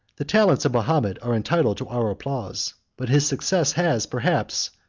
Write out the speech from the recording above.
the talents of mahomet are entitled to our applause but his success has, perhaps,